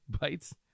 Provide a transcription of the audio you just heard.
bites